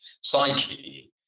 psyche